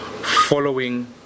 following